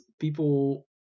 people